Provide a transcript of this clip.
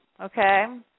Okay